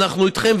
אנחנו איתכם,